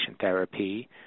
therapy